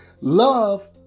love